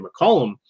McCollum